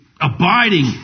abiding